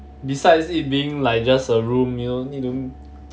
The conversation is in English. besides it being like just a room you know need to